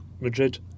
Madrid